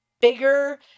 bigger